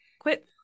quit